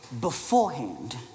beforehand